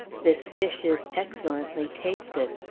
this fish is excellently tasted.